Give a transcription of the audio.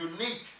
unique